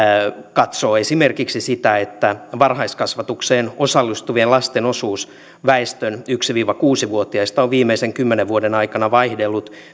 katsoo esimerkiksi sitä että varhaiskasvatukseen osallistuvien lasten osuus väestön yksi viiva kuusi vuotiaista on viimeisten kymmenen vuoden aikana vaihdellut